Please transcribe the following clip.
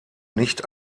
nicht